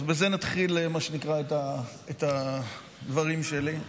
אז בזה נתחיל את הדברים שלי.